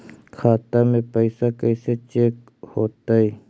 खाता में पैसा कैसे चेक हो तै?